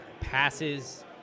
passes